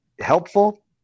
helpful